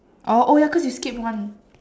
oh oh ya cause you skipped one